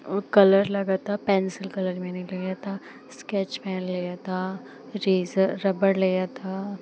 और कलर लगा था पेन्सिल कलर मैंने लिया था इस्केच पेन लिया था रेज़र रबड़ लिया था